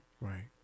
Right